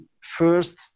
first